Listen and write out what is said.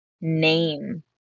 name